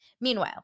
Meanwhile